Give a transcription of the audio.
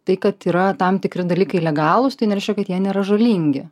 tai kad yra tam tikri dalykai legalūs tai nereiškia kad jie nėra žalingi